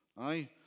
aye